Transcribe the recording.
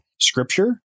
scripture